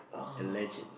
alleged